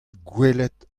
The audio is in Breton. gwelet